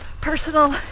personal